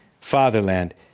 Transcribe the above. fatherland